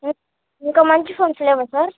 ఇంకా మంచి ఫోన్స్ లేవా సార్